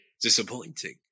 disappointing